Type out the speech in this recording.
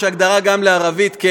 הרבה זמן לא הייתי בערוץ הכנסת.